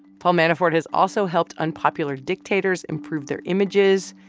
paul manafort has also helped unpopular dictators improve their images.